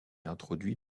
introduit